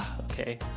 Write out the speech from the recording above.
Okay